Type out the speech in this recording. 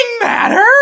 matter